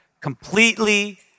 Completely